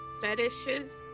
fetishes